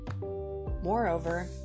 Moreover